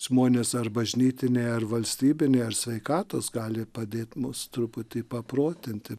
žmonės ar bažnytinė ar valstybinė ar sveikatos gali padėt mus truputį paprotinti